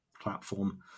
platform